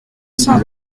cent